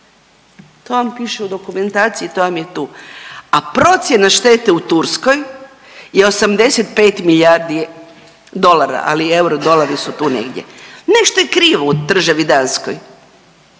To vam piše u dokumentaciji i to vam je tu, a procjena štete u Turskoj je 85 milijardi dolara, ali euro i dolari su tu negdje. Nešto je krivo u državi Danskoj.